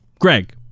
Greg